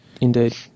Indeed